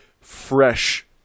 fresh